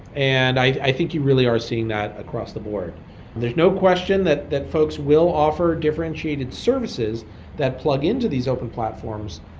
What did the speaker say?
and i think you really are seeing that across the board there's no question that that folks will offer differentiated services that plug into these open platforms,